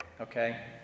okay